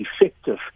effective